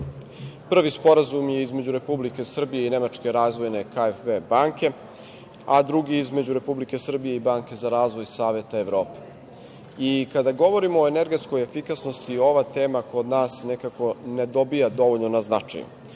sporazum je između Republike Srbije i Nemačke razvojne KfW banke, a drugi između Republike Srbije i Banke za razvoj Saveta Evrope. Kada govorimo o energetskoj efikasnosti, ova tema kod nas nekako ne dobija dovoljno na značaju.